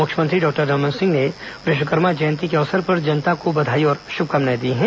मुख्यमंत्री डॉक्टर रमन सिंह ने विश्वकर्मा जयंती के अवसर पर जनता को बधाई और शुभकामनाएं दी हैं